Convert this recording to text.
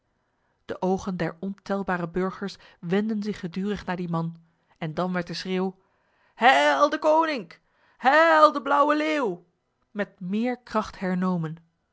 de ogen der ontelbare burgers wendden zich gedurig naar die man en dan werd de schreeuw heil deconinck heil de blauwe leeuw met meer kracht hernomen